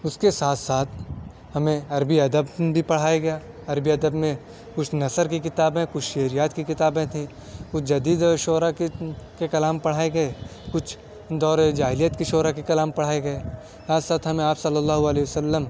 اس کے ساتھ ساتھ ہمیں عربی ادب بھی پڑھایا گیا عربی ادب میں کچھ نثر کی کتابیں کچھ شعریات کی کتابیں تھی کچھ جدید شعراء کے کلام پڑھائے گئے کچھ دور جاہلیت کے شعراء کے کلام پڑھائے گئے ساتھ ساتھ ہمیں آپ صلی اللّہ علیہ و سلم